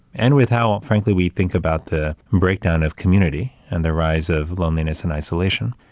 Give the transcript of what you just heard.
and without frankly, we think about the breakdown of community and the rise of loneliness and isolation.